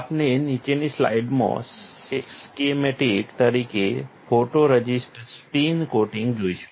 આપણે નીચેની સ્લાઇડ્સમાં સ્કીમેટિક તરીકે ફોટોરઝિસ્ટ સ્પિન કોટિંગ જોઈશું